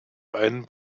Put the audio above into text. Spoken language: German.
einen